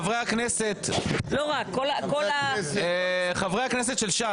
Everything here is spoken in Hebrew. חברי הכנסת של ש"ס,